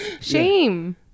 Shame